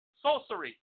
sorcery